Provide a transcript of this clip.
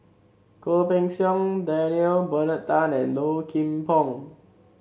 Goh Pei Siong Daniel Bernard Tan and Low Kim Pong